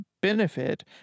benefit